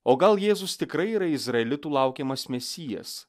o gal jėzus tikrai yra izraelitų laukiamas mesijas